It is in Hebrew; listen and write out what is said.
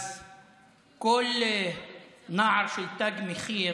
אז כל נער של תג מחיר